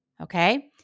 okay